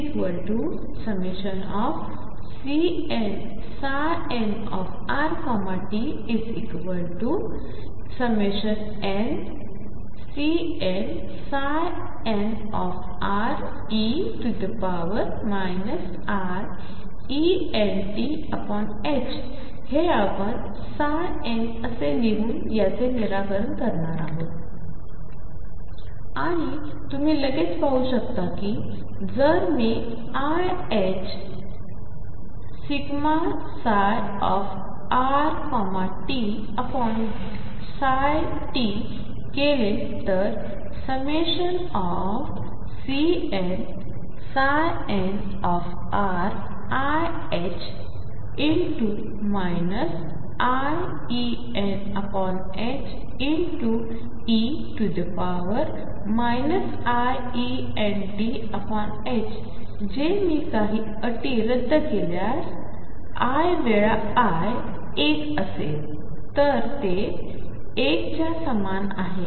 हेआपणnअसेलिहूनयाचेनिराकरणकरणारआहोत आणितुम्हीलगेचपाहूशकताकीजरमीiℏ∂ψrt∂tकेलेतरnCnnriℏ iEne iEntजेमीअटीरद्दकेल्यासiवेळा i 1असेलतरते1 च्यासमानआहे